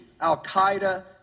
Al-Qaeda